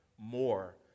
more